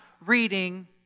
reading